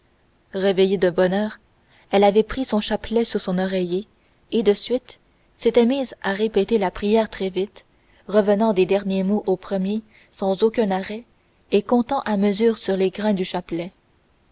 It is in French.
réveillée de bonne heure elle avait pris son chapelet sous son oreiller et de suite s'était mise à répéter la prière très vite revenant des derniers mots aux premiers sans aucun arrêt et comptant à mesure sur les grains du chapelet